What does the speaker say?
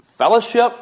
Fellowship